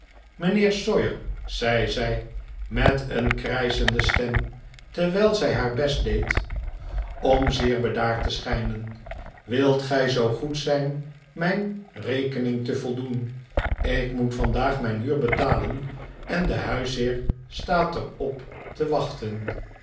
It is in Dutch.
sawyer zei zij met een krijschende stem terwijl zij haar best deed om zeer bedaard te schijnen wilt gij zoo goed zijn mijn rekening te voldoen ik moet vandaag mijn huur betalen en de huisheer staat er op te wachten